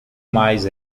mais